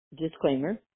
disclaimer